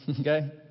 okay